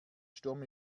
sturm